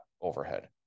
overhead